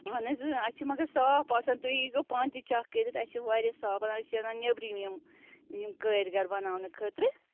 اہن حظ اَسہِ چھِ چھُ مگر صاف آسان تُہۍ ییٖزیو پانہٕ تہِ چَک کٔرِتھ اَسہِ چھِ واریاہ صاف آسان أسۍ چھِ اَنان نٮ۪برِم یِم یِم کٲرۍ گَر بَناونہٕ خٲطرٕ